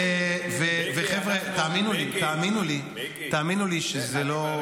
חבר'ה, תאמינו לי שזה לא